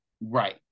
Right